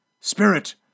Spirit